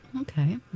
Okay